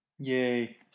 Yay